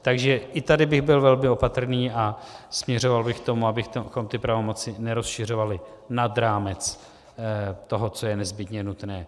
Takže i tady bych byl velmi opatrný a směřoval bych k tomu, abychom ty pravomoci nerozšiřovali nad rámec toho, co je nezbytně nutné.